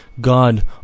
God